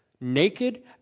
naked